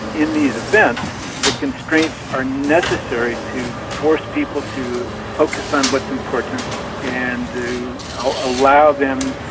in these events the constraints are necessary to force people to focus on what's important and to allow them,